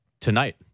tonight